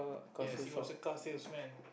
yes he was a car sales man